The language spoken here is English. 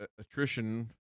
attrition